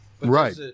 Right